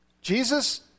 Jesus